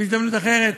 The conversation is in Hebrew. זה בהזדמנות אחרת.